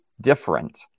different